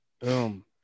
boom